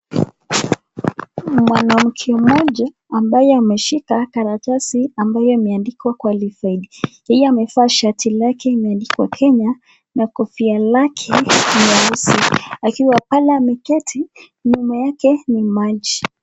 Mwanamke mmoja ambaye ameshika karatasi ambayo imeandikwa qualified ,yeye amevaa shati lake limeandikwa Kenya na kofia lake nyeusi, akiwa pahala ameketi nyuma yake ni maji.